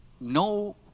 no